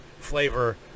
flavor